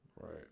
Right